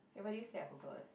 everybody say I forgot